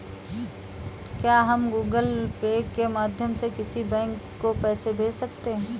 क्या हम Google Pay के माध्यम से किसी बैंक को पैसे भेज सकते हैं?